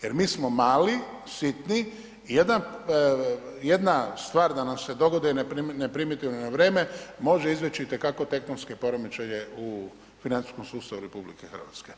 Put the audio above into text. Jer mi smo mali, sitni i jedna stvar da nam se dogodi i ne primijetimo je na vrijeme može izvući itekako tektonske poremećaje u financijskom sustavu RH.